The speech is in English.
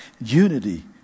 unity